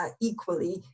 equally